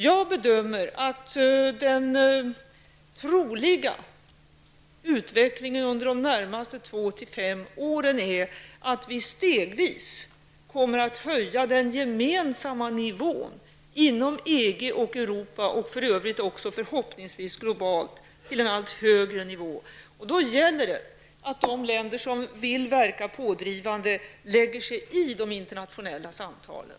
Jag bedömer att den troliga utvecklingen under de närmaste två-- fem åren är att vi stegvis kommer att höja den gemensamma nivån inom EG, Europa och förhoppningsvis även globalt. Då gäller det att de länder som vill verka pådrivande lägger sig i de internationella samtalen.